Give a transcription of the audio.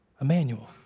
Emmanuel